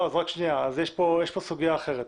יש כאן סוגיה אחרת.